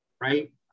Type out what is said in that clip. right